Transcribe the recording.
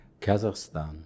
Kazakhstan